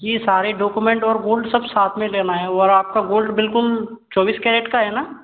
यह सारे डॉकूमेंट और गोल्ड सब साथ में लेना है और आपका गोल्ड बिल्कुल चौबीस कैरेट का है न